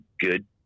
good